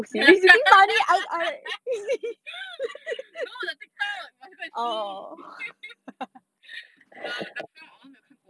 no tiktok you must go and see the film 我都没看过